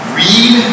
read